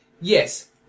Yes